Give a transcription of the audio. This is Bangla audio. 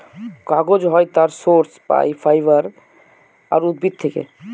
কাগজ হয় তার সোর্স পাই ফাইবার আর উদ্ভিদ থেকে